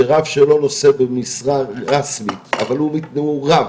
שרב שלא נושא במשרה רסמית, אבל הוא רב,